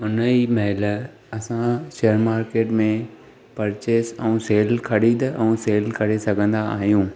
उन ई महिल असां शेअर मार्केट में पर्चेस ऐं सेल ख़रीद ऐं सेल करे सघंदा आहियूं